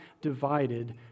divided